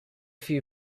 few